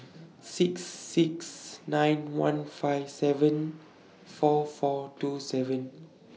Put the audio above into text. six six nine one five seven four four two seven